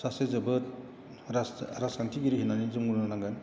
सासे जोबोद राज राजखान्थिगिरि होन्नानै जों बुंनो नांगोन